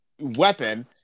weapon